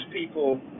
people